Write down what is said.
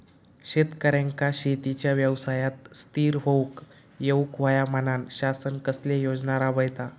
शेतकऱ्यांका शेतीच्या व्यवसायात स्थिर होवुक येऊक होया म्हणान शासन कसले योजना राबयता?